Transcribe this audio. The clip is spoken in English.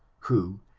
who,